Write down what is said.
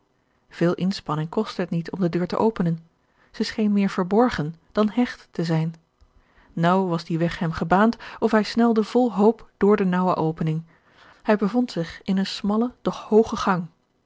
veel inspanning kostte het niet om de deur te openen zij scheen meer verborgen dan hecht te zijn naauw was die weg hem gebaand of hij snelde vol hoop door de naauwe opening hij bevond zich in een smallen doch hoogen gang